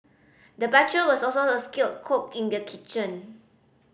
the butcher was also a skilled cook in the kitchen